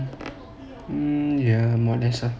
mm ya